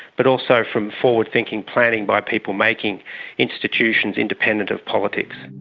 but also from forward-thinking planning by people making institutions independent of politics.